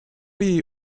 jej